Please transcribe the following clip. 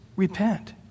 Repent